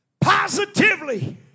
positively